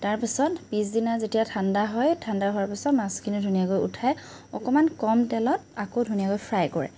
তাৰপিছত পিছদিনা যেতিয়া ঠাণ্ডা হয় ঠাণ্ডা হোৱাৰ পিছত মাছখিনি ধুনীয়াকৈ উঠাই অকণমান কম তেলত আকৌ ধুনীয়াকৈ ফ্ৰাই কৰে